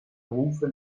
rufe